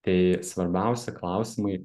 tai svarbiausi klausimai